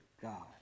God